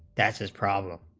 basses problem